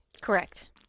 Correct